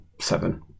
seven